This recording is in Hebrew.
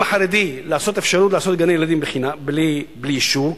החרדי אפשרות לעשות גני-ילדים בלי אישור,